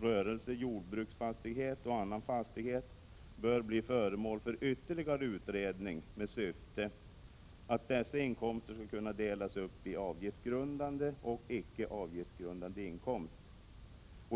rörelse, jordbruksfastighet och annan fastighet bör bli föremål för ytterligare utredning med syfte att dessa inkomster skall kunna delas upp i avgiftsgrundande och icke avgiftsgrundande inkomst.